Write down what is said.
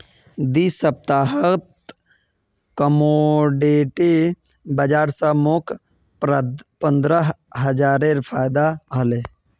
दी सप्ताहत कमोडिटी बाजार स मोक पंद्रह हजारेर फायदा हले